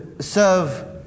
serve